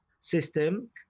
system